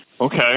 Okay